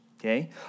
okay